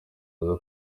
aza